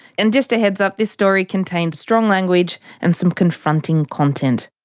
and just a heads up, this story contains strong language and some confronting content.